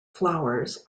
flowers